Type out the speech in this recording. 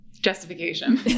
justification